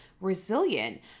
resilient